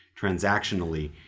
transactionally